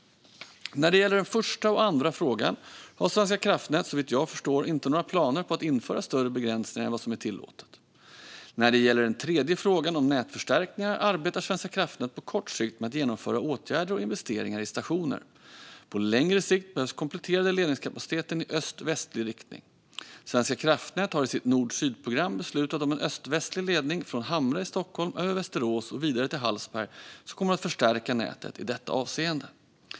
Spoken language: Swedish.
När det gäller den första och andra frågan har Svenska kraftnät såvitt jag förstår inte några planer på att införa större begränsningar än vad som är tillåtet. När det gäller den tredje frågan om nätförstärkningar arbetar Svenska kraftnät på kort sikt med att genomföra åtgärder och investeringar i stationer. På längre sikt behövs kompletterande ledningskapacitet i öst-västligt riktning. Svenska kraftnät har i sitt Nord-Syd-program beslutat om en öst-västlig ledning från Hamra i Stockholm över Västerås och vidare till Hallsberg, vilken kommer att förstärka nätet i detta avseende.